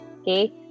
okay